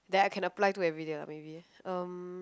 then I can apply to everyday lah maybe um